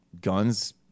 guns